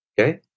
okay